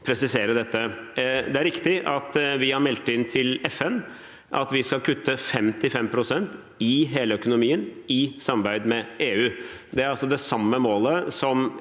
Det er riktig at vi har meldt inn til FN at vi skal kutte med 55 pst. i hele økonomien, i samarbeid med EU. Det er det samme målet som